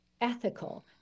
ethical